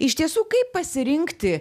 iš tiesų kaip pasirinkti